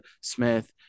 Smith